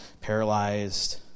paralyzed